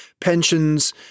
pensions